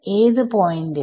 ഏത് പോയിന്റിൽ